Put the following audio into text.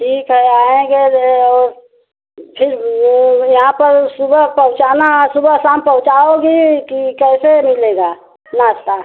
ठीक है आएँगे ये और फिर वो यहाँ पर सुबह पहुँचाना सुबह शाम पहुँचाओगे कि कैसे मिलेगा नास्ता